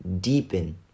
deepen